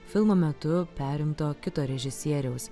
filmo metu perimto kito režisieriaus